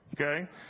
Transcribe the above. Okay